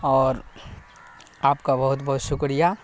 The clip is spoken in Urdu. اور آپ کا بہت بہت شکریہ